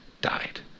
died